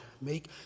make